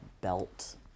belt